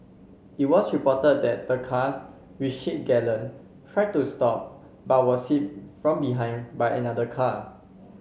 it was reported that the car which hit Galen tried to stop but was hit from behind by another car